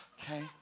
Okay